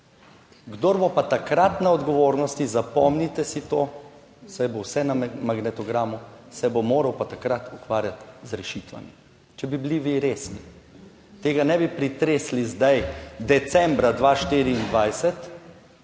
Kdor bo pa takrat na odgovornosti - zapomnite si to - saj bo vse na magnetogramu se bo moral pa takrat ukvarjati z rešitvami. Če bi bili vi resni tega ne bi pretresli zdaj decembra 2024